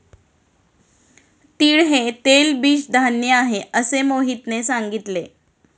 तीळ हे तेलबीज धान्य आहे, असे मोहितने सांगितले